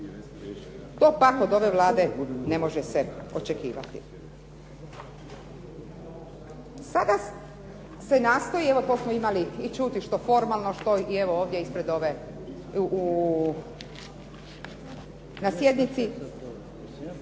To pak od ove Vlade ne može se očekivati. Sada se nastoji, evo to smo imali i čuti što formalno što i evo ovdje na sjednici,